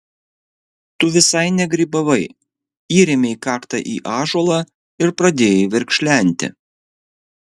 tu visai negrybavai įrėmei kaktą į ąžuolą ir pradėjai verkšlenti